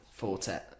Fortet